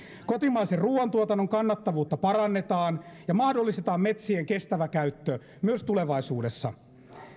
kotimaisen ruoantuotannon kannattavuutta parannetaan ja mahdollistetaan metsien kestävä käyttö myös tulevaisuudessa